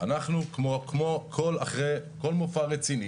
אנחנו כמו אחרי כל מופע רציני